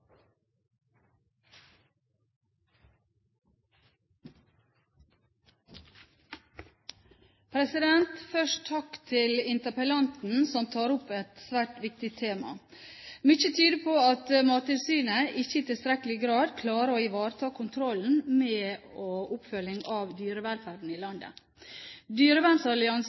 effektivt. Først takk til interpellanten som tar opp et svært viktig tema. Mye tyder på at Mattilsynet ikke i tilstrekkelig grad klarer å ivareta kontrollen med og oppfølgingen av dyrevelferden i landet.